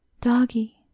doggy